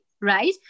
right